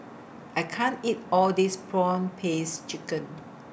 I can't eat All This Prawn Paste Chicken